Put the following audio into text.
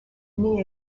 nid